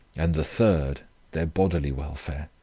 and the third their bodily welfare